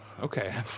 okay